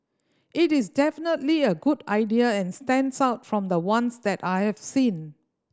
it is definitely a good idea and stands out from the ones that I have seen